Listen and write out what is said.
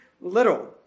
little